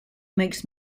makes